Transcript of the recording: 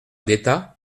d’état